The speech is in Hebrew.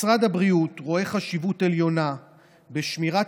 משרד הבריאות רואה חשיבות עליונה בשמירת